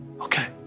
Okay